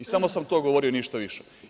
I samo sam to govorio, ništa više.